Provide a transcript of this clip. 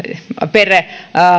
per